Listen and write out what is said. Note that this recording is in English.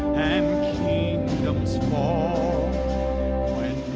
and kingdoms fall when